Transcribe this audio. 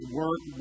work